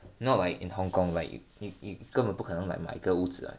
not like in Hong-Kong like 你你根本都不可能买买一个屋子 right